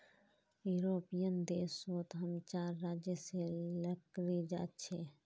European देश सोत हम चार राज्य से लकड़ी जा छे